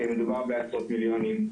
שמדובר בעשרות מיליונים,